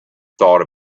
thought